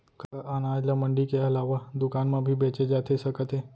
का अनाज ल मंडी के अलावा दुकान म भी बेचे जाथे सकत हे?